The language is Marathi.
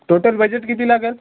टोटल बजेट किती लागेल